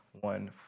one